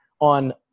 on